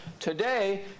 Today